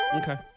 Okay